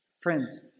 Friends